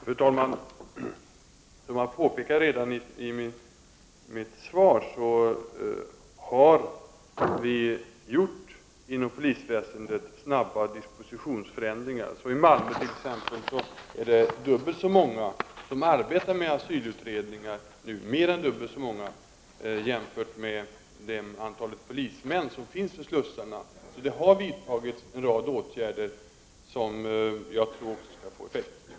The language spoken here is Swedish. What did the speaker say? Fru talman! Som jag påpekade redan i mitt svar har vi inom polisväsendet gjort snabba dispositionsförändringar. Så är det t.ex. i Malmö mer än dubbelt så många som arbetar med asylutredningar nu jämfört med det antal polismän som finns vid slussarna. Det har alltså vidtagits en del åtgärder, som jag också tror skall få effekt.